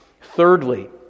Thirdly